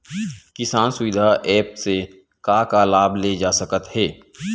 किसान सुविधा एप्प से का का लाभ ले जा सकत हे?